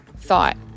thought